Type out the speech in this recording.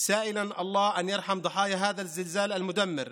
ומבקש מהאל לרחם על קורבנות רעידת האדמה ההרסנית הזו,